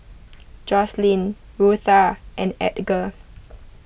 Joslyn Rutha and Edgar